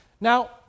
Now